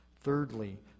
Thirdly